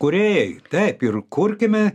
kūrėjai taip ir kurkime